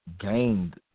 gained